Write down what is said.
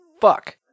Fuck